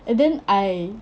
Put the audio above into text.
and then I